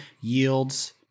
yields